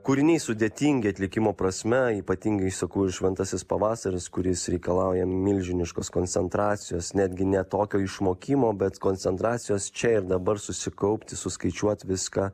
kūriniai sudėtingi atlikimo prasme ypatingai sakau ir šventasis pavasaris kuris reikalauja milžiniškos koncentracijos netgi ne tokio išmokimo bet koncentracijos čia ir dabar susikaupti suskaičiuot viską